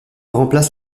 remplace